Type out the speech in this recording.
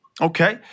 Okay